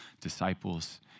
disciples